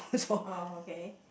oh okay